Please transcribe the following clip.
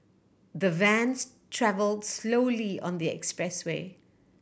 the vans travelled slowly on the expressway